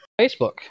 Facebook